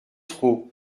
trop